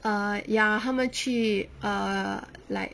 ah ya 他们去 err like